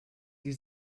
die